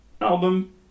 album